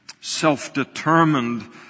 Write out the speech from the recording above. self-determined